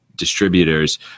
distributors